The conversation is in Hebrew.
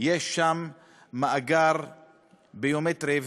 יש מאגר ביומטרי.